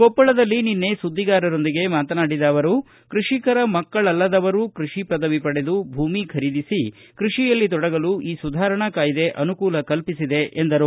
ಕೊಪ್ಪಳದಲ್ಲಿ ನಿನ್ನೆ ಸುದ್ವಿಗಾರರೊಂದಿಗೆ ಮಾತನಾಡಿದ ಅವರು ಕೈಷಿಕರ ಮಕ್ಕಳಲ್ಲದವರು ಕೈಷಿ ಪದವಿ ಪಡೆದು ಭೂಮಿ ಖರೀದಿಸಿ ಕೃಷಿಯಲ್ಲಿ ತೊಡಗಲು ಈ ಸುಧಾರಣಾ ಕಾಯ್ದೆ ಅನುಕೂಲ ಕಲ್ಪಿಸಿದೆ ಎಂದರು